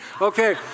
Okay